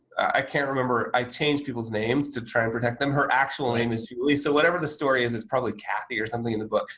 i can't remember. i change people's names to try and protect them. her actual name is julie. so, whatever the story is it's probably kathy or something in the book.